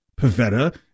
Pavetta